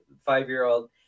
five-year-old